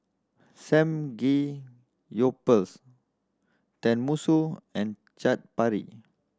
Samgeyopsal Tenmusu and Chaat Papri